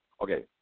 okay